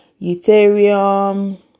ethereum